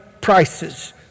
prices